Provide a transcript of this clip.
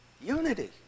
unity